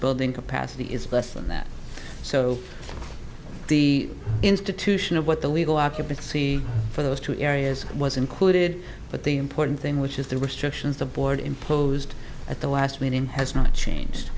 building capacity is less than that so the institution of what the legal occupancy for those two areas was included but the important thing which is the restrictions the board imposed at the last meeting has not changed